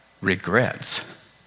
regrets